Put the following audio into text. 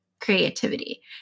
creativity